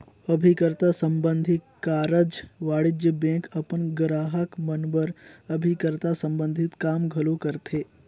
अभिकर्ता संबंधी कारज वाणिज्य बेंक अपन गराहक मन बर अभिकर्ता संबंधी काम घलो करथे